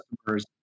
customers